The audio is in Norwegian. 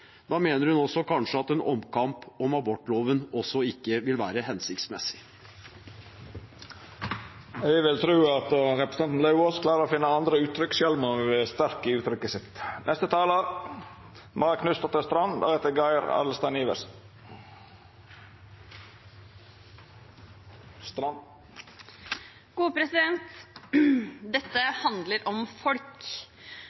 Da mener hun kanskje at en omkamp om abortloven heller ikke vil være hensiktsmessig? Eg vil tru at representanten Lauvås klarar å finne andre uttrykk sjølv om han vil vera sterk i uttrykket sitt. Dette